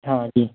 हाँ जी